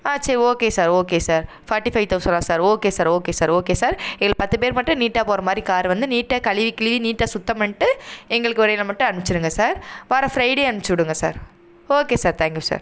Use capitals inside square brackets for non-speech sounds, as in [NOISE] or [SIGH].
ஆ சரி okay sir okay sir forty five தௌசணா sir okay sir okay sir okay sir எல் பத்து பேர் மட்டும் நீட்டாக போகிற மாதிரி காரு வந்து நீட்டாக கழுவி கிளீன் நீட்டாக சுத்தம் பண்ணிட்டு எங்களுக்கு [UNINTELLIGIBLE] மட்டும் அமுச்சிருங்க சார் வர ஃப்ரைடே அமுச்சி விடுங்க sir okay sir thank you sir